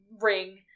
ring